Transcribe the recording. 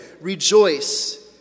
rejoice